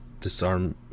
disarm